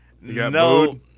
no –